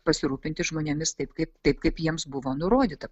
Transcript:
pasirūpinti žmonėmis taip kaip taip kaip jiems buvo nurodyta